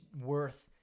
worth